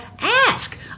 ask